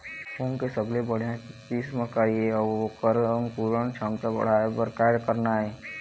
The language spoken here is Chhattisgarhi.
मूंग के सबले बढ़िया किस्म का ये अऊ ओकर अंकुरण क्षमता बढ़ाये बर का करना ये?